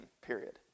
period